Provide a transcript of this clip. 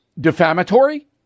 defamatory